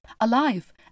alive